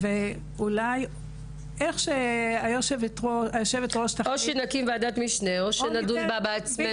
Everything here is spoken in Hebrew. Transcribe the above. אולי היושבת-ראש תחליט --- או שנקים ועדת משנה או שנדון בה בעצמנו.